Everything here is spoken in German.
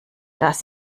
das